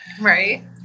Right